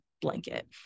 blanket